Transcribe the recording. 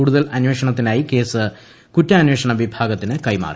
കൂടുതൽ അന്വേഷണത്തിനായി കേസ് കുറ്റാന്വേഷണ വിഭാഗത്തിന് കൈമാറി